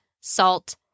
salt